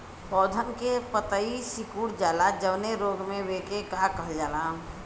पौधन के पतयी सीकुड़ जाला जवने रोग में वोके का कहल जाला?